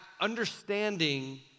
understanding